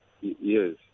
yes